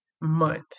months